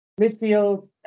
Midfield